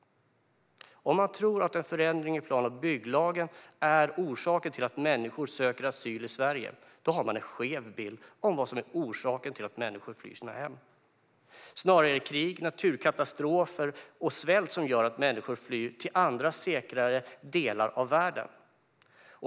Om man tror att en förändring i plan och bygglagen är orsaken till att människor söker asyl i Sverige, då har man en skev bild av vad som är orsaken till att människor flyr sina hem. Snarare är det krig, naturkatastrofer och svält som gör att människor flyr till andra säkrare delar av världen.